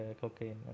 cocaine